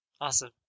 awesome